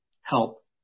help